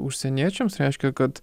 užsieniečiams reiškia kad